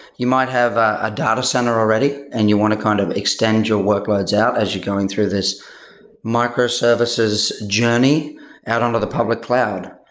you might have a data center already and you want to kind of extend your workloads out as you're going through this microservices journey out and the public cloud.